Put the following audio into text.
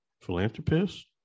Philanthropist